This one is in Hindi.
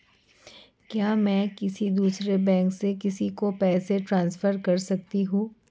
क्या मैं किसी दूसरे बैंक से किसी को पैसे ट्रांसफर कर सकती हूँ?